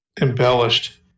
embellished